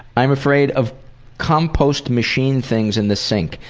i'm afraid of compost machine things in the sink.